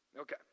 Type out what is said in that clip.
Okay